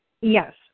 Yes